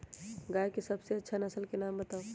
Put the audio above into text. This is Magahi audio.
गाय के सबसे अच्छा नसल के नाम बताऊ?